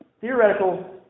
theoretical